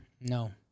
No